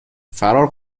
فرار